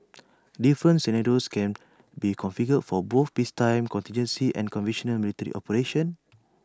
different sinner toes can be configured for both peacetime contingency and conventional military operations